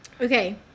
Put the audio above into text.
Okay